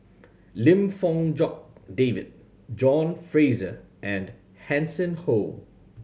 Lim Fong Jock David John Fraser and Hanson Ho